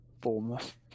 Bournemouth